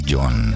John